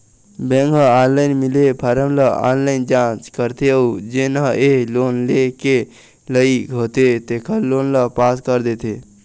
bank ह online मिले form ल ऑनलाईन जाँच करथे अउ जेन ह ए लोन लेय के लइक होथे तेखर लोन ल पास कर देथे